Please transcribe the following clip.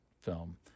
film